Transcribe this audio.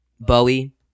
Bowie